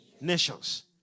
Nations